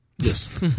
Yes